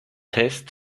test